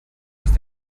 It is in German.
ist